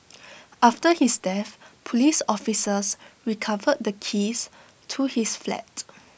after his death Police officers recovered the keys to his flat